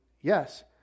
yes